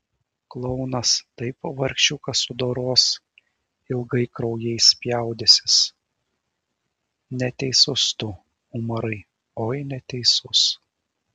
klounas taip vargšiuką sudoros ilgai kraujais spjaudysis neteisus tu umarai oi neteisus